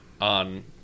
on